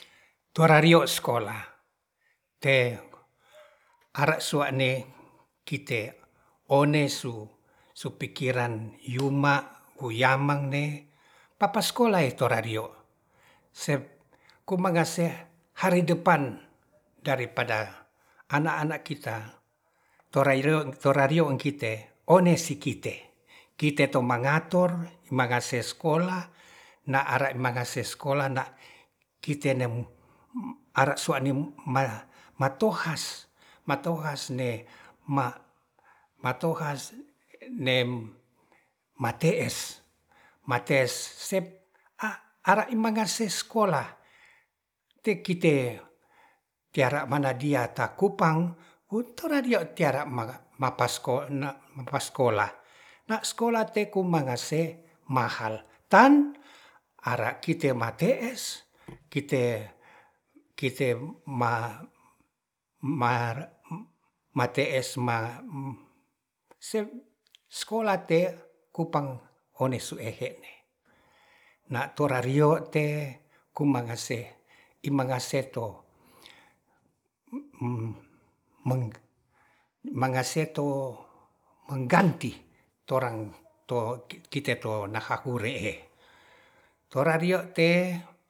Torario sekolah te are sua'ne kite one su pikiran yuma oyamang ne papa sekolah e torario sep kumangase hari depan dari pada anak-anak kita toraire torario i kite one si kite kite tomangator mangase sekolah nda are mangase sekolah na kite nemu are suanim matohas- matohas ne ma mate'es sep a ara im mnagase sekolah te kite tiara mana dia takupang o tora dia tiara maga mapas na mapas sekolah na sekolah teko mangase mahal, tan ara kite mate'es kite ma-mate'es ma sekolah te kupang one suehe'ne na torario te kumangase i mangase to meng- mengese to mengganti torang to kite to naha hure'he torario te